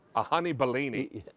a honey bellini.